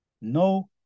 No